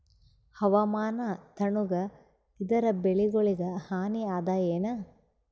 ಹವಾಮಾನ ತಣುಗ ಇದರ ಬೆಳೆಗೊಳಿಗ ಹಾನಿ ಅದಾಯೇನ?